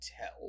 tell